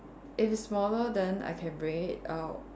if it's smaller then I can bring it out